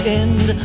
end